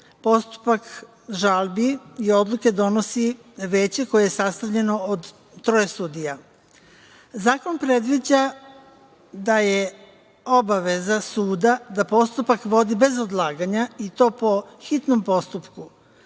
postupak žalbi i odluke donosi Veće, koje je sastavljeno od troje sudija. Zakon predviđa da je obaveza suda da postupak vodi bez odlaganja, i to po hitnom postupku.